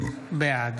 בעד